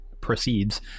proceeds